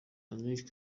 anil